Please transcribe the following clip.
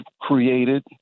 created